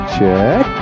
Check